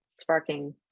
sparking